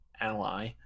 ally